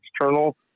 external